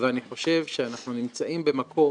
אני חושב שאנחנו נמצאים במקום